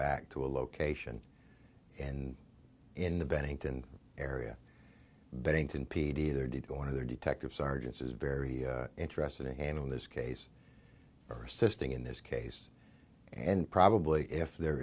back to a location and in the bennington area bennington p d they're going to their detective sergeants is very interested in handling this case or assisting in this case and probably if there